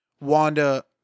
Wanda